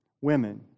women